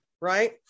right